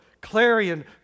clarion